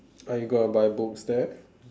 are you gonna buy books there